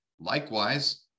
Likewise